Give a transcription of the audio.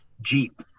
Jeep